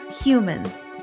humans